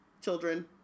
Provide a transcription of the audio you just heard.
Children